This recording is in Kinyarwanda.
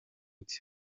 cye